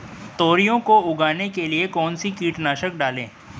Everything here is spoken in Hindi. तोरियां को उगाने के लिये कौन सी कीटनाशक डालें?